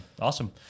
Awesome